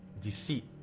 deceit